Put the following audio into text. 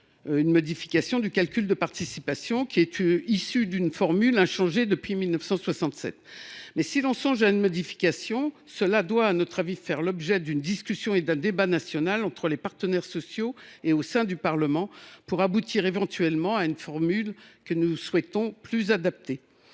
une modification du calcul de participation, qui est issu d’une formule inchangée depuis 1967. À nos yeux, une telle modification doit faire l’objet d’une discussion et d’un débat national entre les partenaires sociaux et au sein du Parlement, pour aboutir éventuellement à une formule plus adaptée.